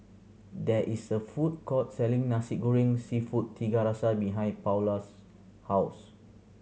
there is a food court selling Nasi Goreng Seafood Tiga Rasa behind Paola's house